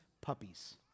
puppies